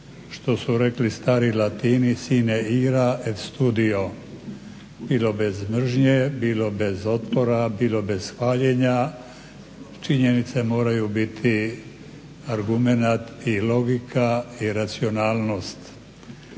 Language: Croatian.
što su rekli stari Latini sine ira et studio – bilo bez mržnje, bilo bez otpora, bilo bez hvaljenja činjenice moraju biti argumenat i logika i racionalnost.